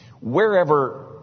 wherever